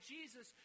Jesus